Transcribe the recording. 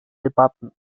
debatten